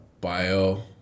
bio